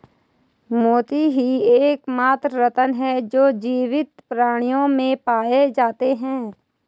मोती ही एकमात्र रत्न है जो जीवित प्राणियों में पाए जाते है